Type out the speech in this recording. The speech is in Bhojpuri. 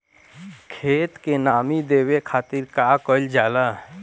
खेत के नामी देवे खातिर का कइल जाला?